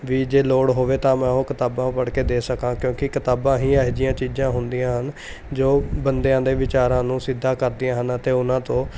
ਵੀ ਜੇ ਲੋੜ ਹੋਵੇ ਤਾਂ ਮੈਂ ਉਹ ਕਿਤਾਬਾਂ ਪੜ੍ਹ ਕੇ ਦੇ ਸਕਾਂ ਤਾਂ ਕਿਉਂਕਿ ਕਿਤਾਬਾਂ ਹੀ ਇਹੋ ਜਿਹੀਆਂ ਚੀਜ਼ਾਂ ਹੁੰਦੀਆਂ ਹਨ ਜੋ ਬੰਦਿਆਂ ਦੇ ਵਿਚਾਰਾਂ ਨੂੰ ਸਿੱਧਾ ਕਰਦੀਆਂ ਹਨ ਅਤੇ ਉਹਨਾਂ ਤੋਂ